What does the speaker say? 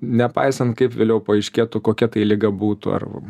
nepaisant kaip vėliau paaiškėtų kokia tai liga būtų arba